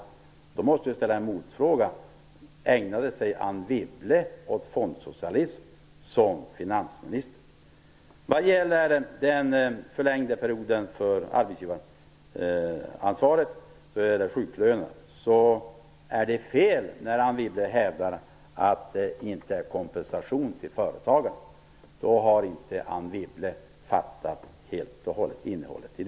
Jag måste här ställa en motfråga: Ägnade sig Anne Wibble som finansminister åt fondsocialism? Vad gäller detta med en förlängd period för arbetsgivaransvaret och sjuklönen är det fel att, som Anne Wibble gör, hävda att det inte är fråga om kompensation till företagen. Anne Wibble har i så fall inte helt och hållet fattat innehållet där.